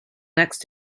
next